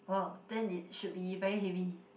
wow then it should be very heavy